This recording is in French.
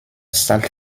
salt